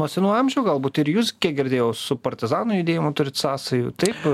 nuo senų amžių galbūt ir jūs kiek girdėjau su partizanų judėjimu turit sąsajų taip